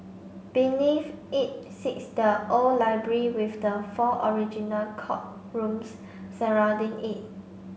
beneath it sits the old library with the four original courtrooms surrounding it